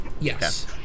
Yes